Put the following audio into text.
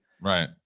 Right